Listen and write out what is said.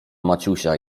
maciusia